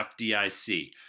FDIC